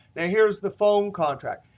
now here's the phone contract.